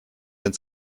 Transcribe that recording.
den